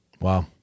Wow